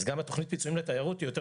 אז גם תוכנית הפיצויים לתיירות היא יותר